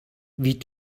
wie